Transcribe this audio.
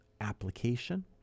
application